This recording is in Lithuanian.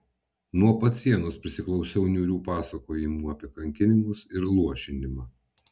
nuo pat sienos prisiklausiau niūrių pasakojimų apie kankinimus ir luošinimą